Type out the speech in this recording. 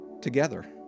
together